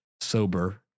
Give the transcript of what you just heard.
sober